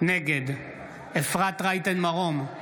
נגד אפרת רייטן מרום,